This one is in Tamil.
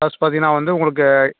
பிளஸ் பார்த்தீங்கன்னா வந்து உங்களுக்கு